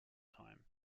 time